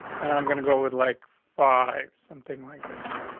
and i'm gonna go with, like, five, something like this,